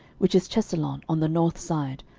which is chesalon, on the north side,